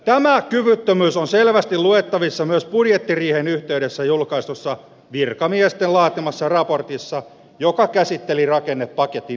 tämä kyvyttömyys on selvästi luettavissa myös budjettiriihen yhteydessä julkaistussa virkamiesten laatimassa raportissa joka käsitteli rakennepaketin